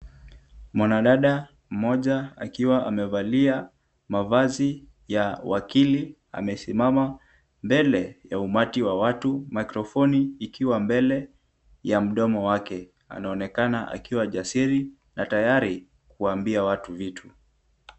Mwanadada mmoja akiwa amevalia mavazi ya wakili, amesimama mbele ya umati wa watu microphone ikiwa mbele ya mdomo wake. Anaonekana akiwa jasiri na tayari kuambia watu vitu.